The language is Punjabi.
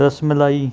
ਰਸ ਮਲਾਈ